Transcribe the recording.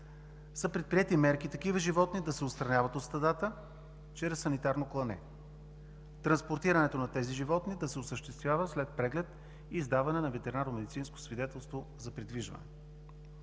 са предприети мерки такива животни да се отстраняват от стадата чрез санитарно клане. Транспортирането на тези животни да се осъществява след преглед и издаване на ветеринарномедицинско свидетелство за придвижване.